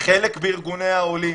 חלק מארגוני העולים,